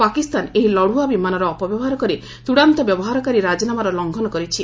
ପାକିସ୍ତାନ ଏହି ଲଢୁଆ ବିମାନର ଅପବ୍ୟବହାର କରି ଚୃଡାନ୍ତ ବ୍ୟବହାରକାରୀ ରାଜିନାମାର ଲଂଘନ କରିଛି